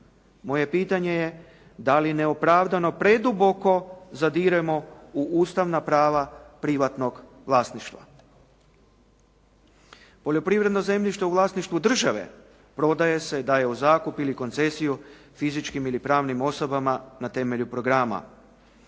Moje pitanje je dali opravdano preduboko zadiremo u ustavna prava privatnog vlasništva. Poljoprivredno zemljište u vlasništvu države prodaje se, daje u zakup ili koncesiju fizičkim ili pravnim osobama na temelju programa.